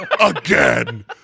Again